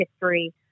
history